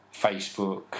Facebook